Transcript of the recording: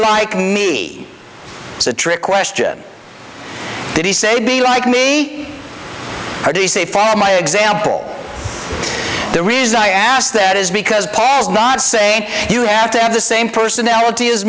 like me to trick question did he say be like me or do you say far my example the reason i asked that is because pas not say you have to have the same personality